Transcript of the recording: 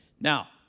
Now